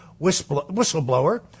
whistleblower